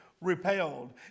repelled